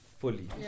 fully